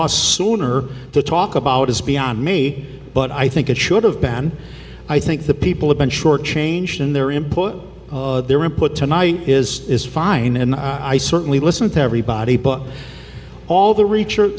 d sooner to talk about is beyond me but i think it should have been i think the people have been short changed in their input their input tonight is is fine and i certainly listen to everybody all the reacher